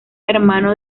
hermano